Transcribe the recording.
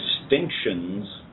distinctions